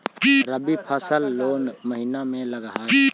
रबी फसल कोन महिना में लग है?